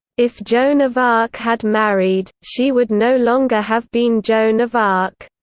if joan of arc had married, she would no longer have been joan of arc.